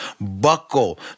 buckle